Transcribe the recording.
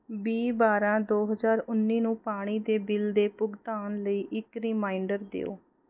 ਵੀਹ ਬਾਰ੍ਹਾਂ ਦੋ ਹਜ਼ਾਰ ਉੱਨੀ ਨੂੰ ਪਾਣੀ ਦੇ ਬਿੱਲ ਦੇ ਭੁਗਤਾਨ ਲਈ ਇੱਕ ਰੀਮਾਈਂਡਰ ਦਿਓ